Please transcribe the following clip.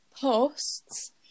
posts